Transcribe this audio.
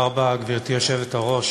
גברתי היושבת-ראש,